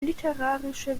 literarische